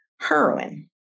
heroin